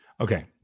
Okay